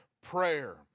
prayer